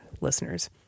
listeners